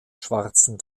schwarzen